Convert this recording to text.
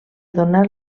donar